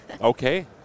okay